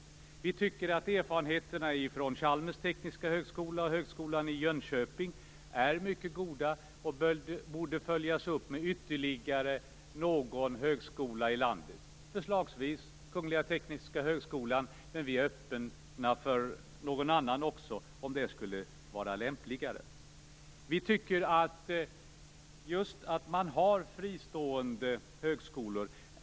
Vi tycker att erfarenheterna från Chalmers tekniska högskola och från högskolan i Jönköping är mycket goda. De borde följas upp av ytterligare någon högskola i landet - förslagsvis Kungliga Tekniska högskolan, men vi är öppna för någon annan högskola också om det skulle lämpligare. Vi tycker att det är väldigt viktigt att man har fristående högskolor.